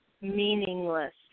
meaningless